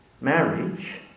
Marriage